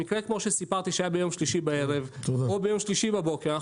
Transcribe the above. במקרה כמו שסיפרתי שהיה ביום שלישי בערב או ביום שלישי בבוקר,